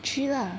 去 lah